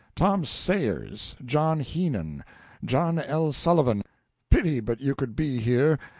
tom sayers john heenan john l. sullivan pity but you could be here.